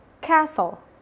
Castle